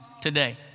today